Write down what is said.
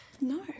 No